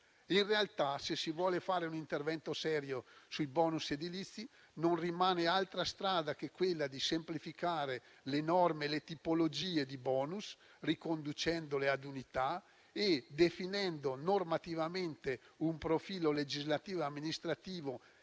In realtà, se si vuole fare un intervento serio sui *bonus* edilizi, non rimane altra strada che quella di semplificare le norme e le tipologie di *bonus*, riconducendole ad unità e definendo normativamente un profilo legislativo, amministrativo